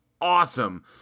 awesome